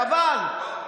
חבל.